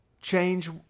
change